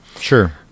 Sure